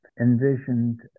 envisioned